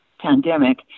pandemic